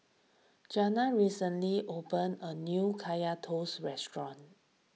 Janna recently opened a new Kaya Toast restaurant